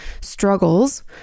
struggles